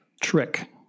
trick